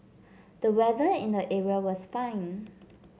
the weather in the area was fine